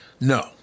No